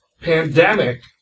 pandemic